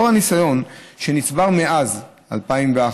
לאור הניסיון שנצבר מאז 2001,